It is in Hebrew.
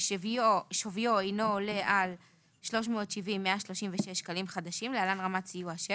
ששוויו אינו עולה על 370,136 שקלים חדשים (להלן רמת סיוע 6)